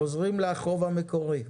חוזרים לחוב המקורי?